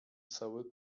cały